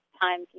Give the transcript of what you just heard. time